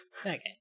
okay